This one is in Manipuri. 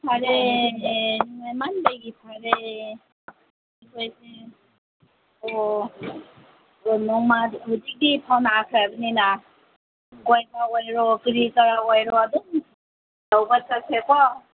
ꯐꯔꯦ ꯐꯔꯦ ꯑꯣ ꯅꯣꯡꯃꯗꯤ ꯍꯧꯖꯤꯛꯀꯤ ꯐꯥꯎꯅꯈ꯭ꯔꯕꯅꯤꯅ ꯀꯣꯏꯕ ꯑꯣꯏꯔꯣ ꯀꯔꯤ ꯀꯔꯥ ꯑꯣꯏꯔꯣ ꯑꯗꯨꯝ ꯇꯧꯕ ꯆꯠꯁꯦꯀꯣ